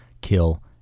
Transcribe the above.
kill